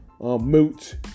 Moot